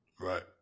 Right